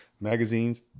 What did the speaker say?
magazines